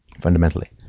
Fundamentally